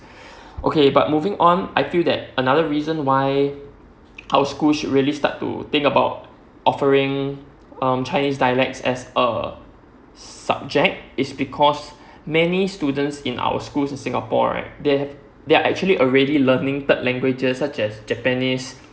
okay but moving on I feel that another reason why our school should really start to think about offering um chinese dialects as a subject is because many students in our schools in singapore right they have they actually already learning third languages such as japanese